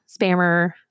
spammer